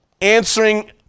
answering